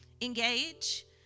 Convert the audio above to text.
engage